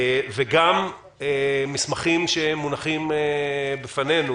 וגם מסמכים שמונחים בפנינו